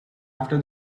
after